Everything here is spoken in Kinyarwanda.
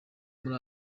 muri